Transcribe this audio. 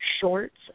shorts